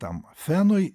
tam fenui